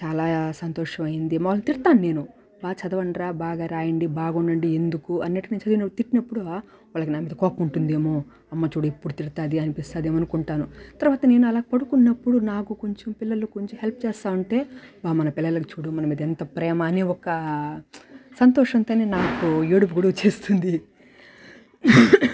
చాలా సంతోషమయ్యింది మామూలు తిడతాను నేను బాగ చదవండి రా బాగ రాయండి బాగుండండి ఎందుకు అన్నట్టు నేన్ను తిట్నప్పుడు వాళ్ళకి నా మీద కోపం ఉంటుందేమో అమ్మ చూడు ఎప్పుడు తిడతుంది అనిపిస్తుందేమో అనుకుంటాను తర్వాత నేను అలా పడుకున్నప్పుడు నాకు కొంచం పిల్లలు కొంచం హెల్ప్ చేస్తావుంటే బా మన పిల్లలకి చూడు మన మీద ఎంత ప్రేమ అని ఒకా సంతోషంతోని నాకు ఏడుపు కూడా వచ్చేస్తుంది